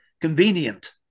convenient